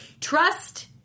trust